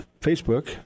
Facebook